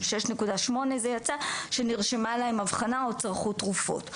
6.8% זה יצא שנרשמה להם אבחנה או צרכו תרופות.